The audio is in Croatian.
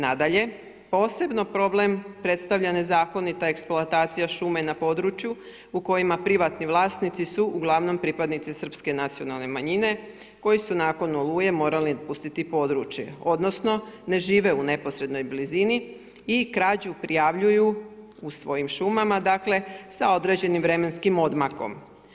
Nadalje, posebno problem predstavlja nezakonita eksploatacija šume na području u kojima privatni vlasnici su uglavnom pripadnici srpske nacionalne manjine koji su nakon Oluje morali napustiti područje, odnosno ne žive u neposrednoj blizini i krađu prijavljuju u svojim šumama, dakle sa određenim vremenskim odmakom.